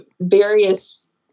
various